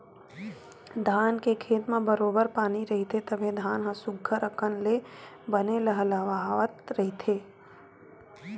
धान के खेत म बरोबर पानी रहिथे तभे धान ह सुग्घर अकन ले बने लहलाहवत रहिथे